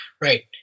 Right